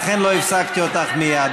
לכן לא הפסקתי אותך מייד,